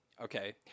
Okay